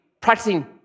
practicing